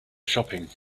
shopping